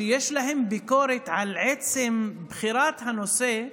שיש להם ביקורת על עצם בחירת הנושא,